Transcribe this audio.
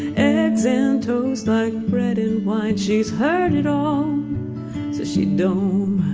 and eggs and toast like bread and wine she's heard it all so she don't um